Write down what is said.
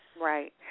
Right